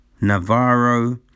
Navarro